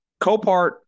Copart